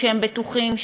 שהם בטוחים,